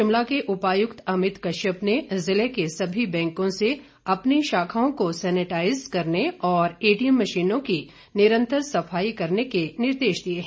शिमला के उपायुक्त अमित कश्यप ने जिले के समी बैंकों से अपनी शाखाओं को सैनेटाइज करने और एटीएम मशीनों की निरंतर सफाई करने के निर्देश दिए हैं